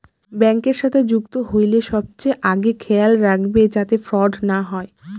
ব্যাঙ্কের সাথে যুক্ত হইলে সবচেয়ে আগে খেয়াল রাখবে যাতে ফ্রড না হয়